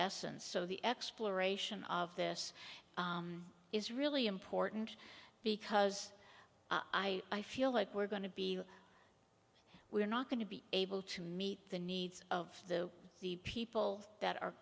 essence so the exploration of this is really important because i feel like we're going to be we're not going to be able to meet the needs of the people that are